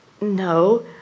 No